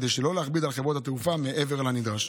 כדי שלא להכביד על חברות התעופה מעבר לנדרש.